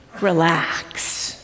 relax